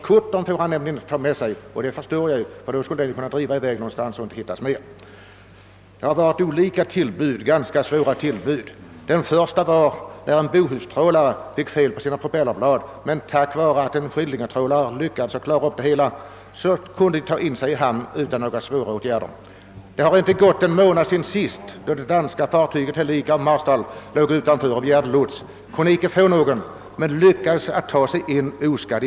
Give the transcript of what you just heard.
Kuttern får han nämligen inte ta med sig, ty den skulle kunna driva i väg någonstans och aldrig hittas mera. Det har varit ganska svåra tillbud. Det första kom när en bohustrålare fick fel på sina propellerblad men tack vare att en annan trålare lyckades klara upp det hela kunde man ta sig in i hamn utan större svårigheter. Det har inte gått en månad sedan det danska fartyget »Helika» av Maestal låg utanför och begärde lots. Hon kunde inte få någon men lyckades ta sig in i hamnen oskadd.